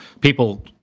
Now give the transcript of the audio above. people